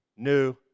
New